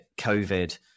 COVID